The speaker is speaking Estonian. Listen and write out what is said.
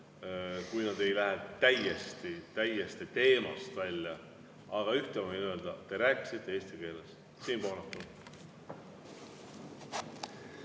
kui need ei lähe täiesti teemast välja. Aga ühte ma võin öelda: te rääkisite eesti keeles. Siim Pohlak,